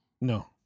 No